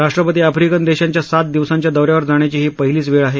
राष्ट्रपती आफ्रिकन देशांच्या सात दिवसांच्या दौ यावर जाण्याची ही पहिलीच वेळ आहे